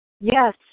Yes